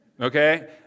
Okay